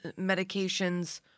medications